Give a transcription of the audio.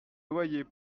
loyers